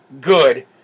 good